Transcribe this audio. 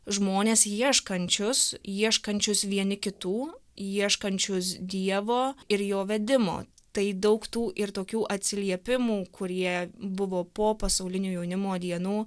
žmones ieškančius ieškančius vieni kitų ieškančius dievo ir jo vedimo tai daug tų ir tokių atsiliepimų kurie buvo po pasaulinių jaunimo dienų